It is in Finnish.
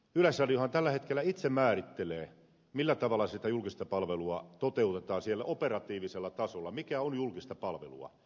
yleisradiohan tällä hetkellä itse määrittelee millä tavalla sitä julkista palvelua toteutetaan siellä operatiivisella tasolla mikä on julkista palvelua